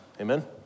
Amen